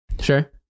Sure